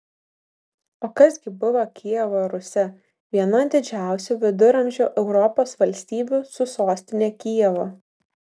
o kas gi buvo kijevo rusia viena didžiausių viduramžių europos valstybių su sostine kijevu